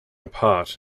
apart